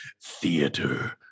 theater